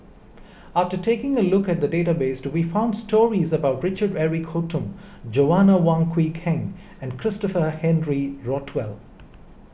after taking a look at the database we found stories about Richard Eric Holttum Joanna Wong Quee Heng and Christopher Henry Rothwell